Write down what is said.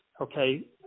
okay